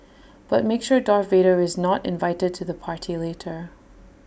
but make sure Darth Vader is not invited to the party later